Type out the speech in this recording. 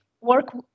work